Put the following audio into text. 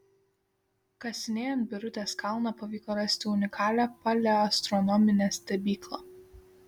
kasinėjant birutės kalną pavyko rasti unikalią paleoastronominę stebyklą